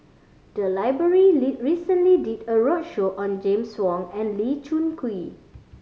the library recently did a roadshow on James Wong and Lee Choon Kee